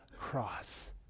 cross